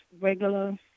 regular